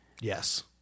Yes